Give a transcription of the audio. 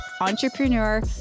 entrepreneur